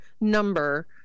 number